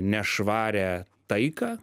nešvarią taiką